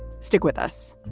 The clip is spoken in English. stick with us